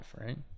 right